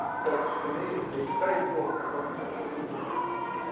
so for me, it's very important to look at this analysis. yeah